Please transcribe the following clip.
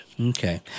Okay